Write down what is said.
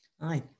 Aye